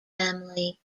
family